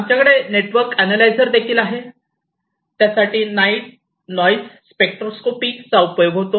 आमच्याकडे network analyzer देखील आहे त्यासाठी नॉइज स्पेक्ट्रोस्कोपी चा उपयोग होतो